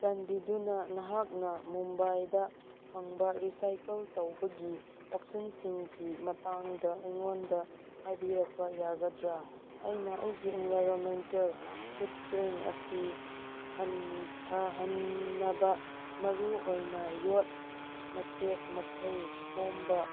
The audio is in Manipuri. ꯆꯥꯟꯕꯤꯗꯨꯅ ꯅꯍꯥꯛꯅ ꯃꯨꯝꯕꯥꯏꯗ ꯐꯪꯕ ꯔꯤꯁꯥꯏꯀꯜ ꯇꯧꯕꯒꯤ ꯑꯣꯞꯁꯟꯁꯤꯡꯒꯤ ꯃꯇꯥꯡꯗ ꯑꯩꯉꯣꯟꯗ ꯍꯥꯏꯕꯤꯔꯛꯄ ꯌꯥꯒꯗ꯭ꯔꯥ ꯑꯩꯅ ꯑꯩꯒꯤ ꯑꯦꯟꯚꯥꯏꯔꯣꯟꯃꯦꯟꯇꯦꯜ ꯐꯨꯠ ꯄ꯭ꯔꯤꯡ ꯑꯁꯤ ꯍꯟꯊꯍꯟꯅꯕ ꯃꯔꯨꯑꯣꯏꯅ ꯌꯣꯠ ꯃꯆꯦꯠ ꯃꯀꯥꯏ ꯈꯣꯝꯕ